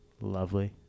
Lovely